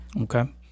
Okay